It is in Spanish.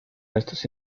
restos